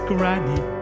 Granny